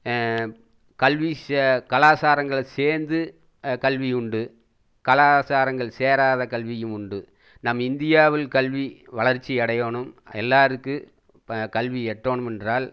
கல்வி சே கலாச்சாரங்கள் சேர்ந்து கல்வி உண்டு கலாச்சாரங்கள் சேராத கல்வியும் உண்டு நம் இந்தியாவில் கல்வி வளர்ச்சி அடையணும் எல்லாருக்கும் இப்ப கல்வி எட்டணும் என்றால்